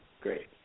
Great